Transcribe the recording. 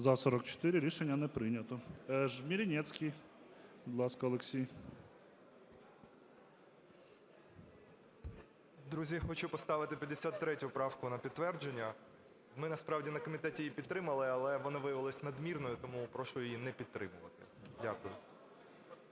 За-44 Рішення не прийнято. Жмеренецький. Будь ласка, Олексій. 14:49:52 ЖМЕРЕНЕЦЬКИЙ О.С. Друзі, я хочу поставити 53 правку на підтвердження. Ми насправді на комітеті її підтримали, але вона виявилась надмірною. Тому прошу її не підтримувати. Дякую.